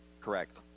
Correct